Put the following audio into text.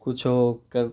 किछुके